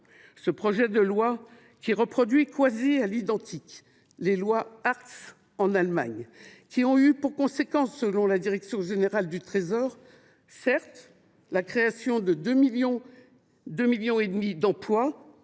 Ce projet de loi qui reproduit quasi à l’identique les lois Hartz en Allemagne. Elles ont certes eu pour conséquence, selon la direction générale du Trésor, la création de 2,5 millions d’emplois,